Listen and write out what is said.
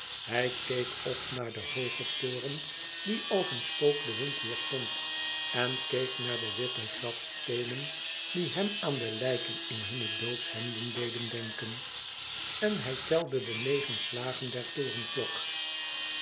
hij keek op naar den hoogen toren die als een spook den wind weerstond en keek naar de witte grafsteenen die hem aan de lijken in hunne doodshemden deden denken en hij telde de negen slagen der